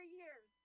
years